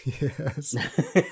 Yes